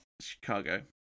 chicago